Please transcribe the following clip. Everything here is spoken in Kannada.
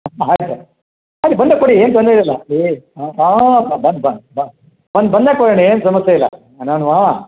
ಹಾಂ ಆಯಿತು ಬನ್ನಿ ಬಂದಾಗ ಕೊಡಿ ಏನೂ ತೊಂದರೆ ಇರೋಲ್ಲ ಓ ಬನ್ ಬನ್ ಬನ್ ಬಂದು ಬಂದಾಗ ಕೊಡಣ್ಣ ಏನೂ ಸಮಸ್ಯೆ ಇಲ್ಲ